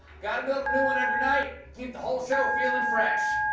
got to build a new one every night, keep the whole show feeling refresh.